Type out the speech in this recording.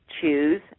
choose